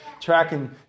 tracking